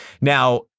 Now